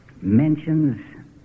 mentions